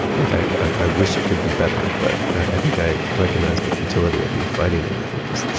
like, i i wish it could be better, but i think i recognize the futility of me fighting it, i think is the